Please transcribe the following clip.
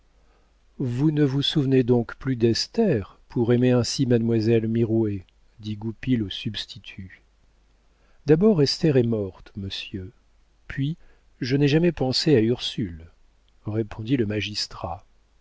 vous ne vous souvenez donc plus d'esther pour aimer ainsi mademoiselle mirouët dit goupil au substitut d'abord esther est morte monsieur puis je n'ai jamais pensé à ursule répondit le magistrat